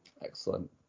Excellent